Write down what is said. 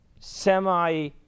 semi